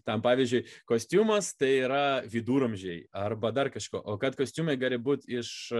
ten pavyzdžiui kostiumas tai yra viduramžiai arba dar kažko o kad kostiumai gali būti iš